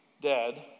dead